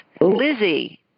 Lizzie